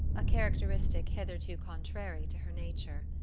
a characteristic hitherto contrary to her nature.